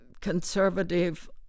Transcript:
conservative